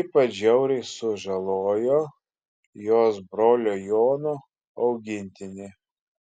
ypač žiauriai sužalojo jos brolio jono augintinį